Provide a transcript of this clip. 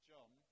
John